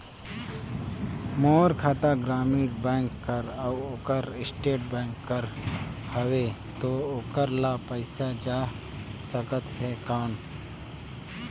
मोर खाता ग्रामीण बैंक कर अउ ओकर स्टेट बैंक कर हावेय तो ओकर ला पइसा जा सकत हे कौन?